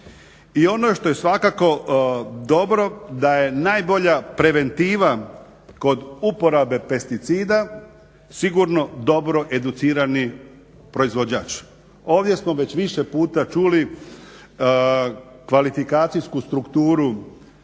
i ono što je svakako dobro da je najbolja preventiva kod uporabe pesticida sigurno dobro educirani proizvođač. Ovdje smo već više puta čuli kvalifikacijsku strukturu